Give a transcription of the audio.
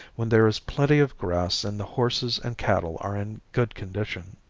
when there is plenty of grass and the horses and cattle are in good condition.